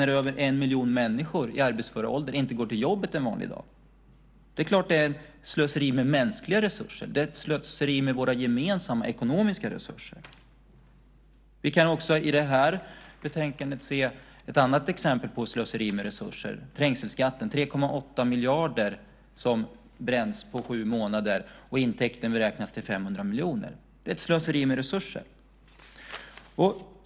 När över en miljon människor i arbetsför ålder inte går till jobbet varje dag är det ett slöseri med mänskliga resurser och slöseri med våra gemensamma ekonomiska resurser. Vi kan också i betänkandet se ett annat exempel på slöseri med resurser, nämligen trängselskatten, 3,8 miljarder som bränns på sju månader. Intäkterna beräknas till 500 miljoner. Det är ett slöseri med resurser.